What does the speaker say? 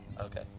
Okay